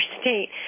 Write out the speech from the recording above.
state